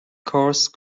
coarse